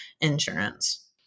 insurance